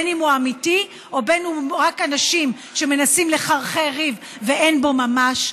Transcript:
בין שהוא אמיתי ובין שהוא רק אנשים שמנסים לחרחר ריב ואין בו ממש.